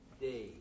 day